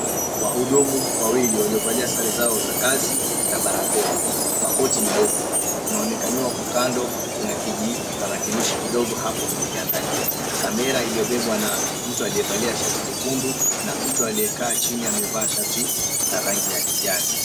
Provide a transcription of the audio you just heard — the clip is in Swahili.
Wahudumu wawili waliovalia sare zao za kazi na barakoa. Makoti meupe, kunaonekaniwa kwa kando kuna kijitarakilishi kidogo hapo kikiangalia. camera iliyobebwa na mtu aliyevalia shati jekundu na mtu aliyekaa chini amevaa shati la rangi ya kijani.